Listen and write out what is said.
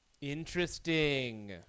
Interesting